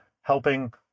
helping